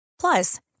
Plus